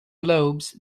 lobes